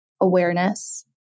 awareness